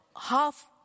half